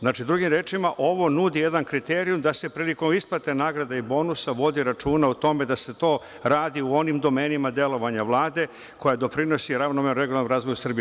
Znači, drugim rečima, ovo nudi jedan kriterijum da se prilikom isplate nagrada i bonusa vodi računa o tome da se to radi u onim domenima delovanja Vlade koji doprinose ravnomernom regionalnom razvoju Srbije.